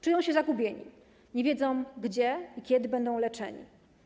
Czują się zagubieni, nie wiedzą, gdzie i kiedy będą leczeni.